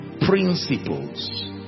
principles